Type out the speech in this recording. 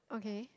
okay